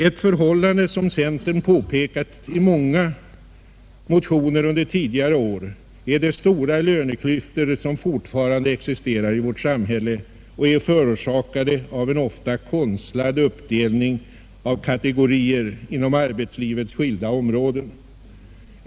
Ett förhållande som centern påpekat i många motioner under tidigare år är de stora löneklyftor som fortfarande existerar i vårt samhälle och som är orsakade av en ofta konstlad uppdelning i kategorier inom arbetslivets skilda områden.